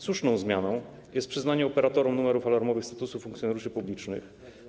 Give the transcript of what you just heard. Słuszną zmianą jest przyznanie operatorom numerów alarmowych statusu funkcjonariuszy publicznych.